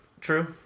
True